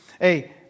hey